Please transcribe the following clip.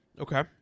Okay